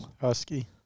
Husky